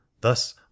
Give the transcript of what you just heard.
Thus